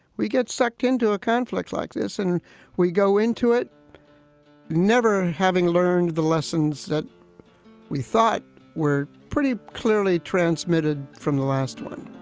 we get sucked into a conflict like this and we go into it never having learned the lessons that we thought were pretty clearly transmitted from the last one